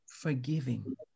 Forgiving